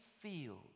feel